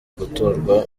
gutorwa